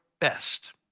best